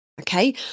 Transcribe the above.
Okay